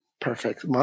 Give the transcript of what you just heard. Perfect